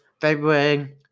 February